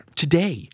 today